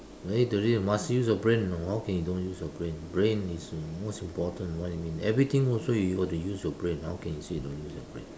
today you must use your brain you know how can you don't use your brain brain is the the most important what you mean everything also you got to use your brain how can you say don't use your brain